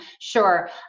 Sure